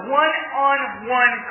one-on-one